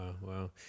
wow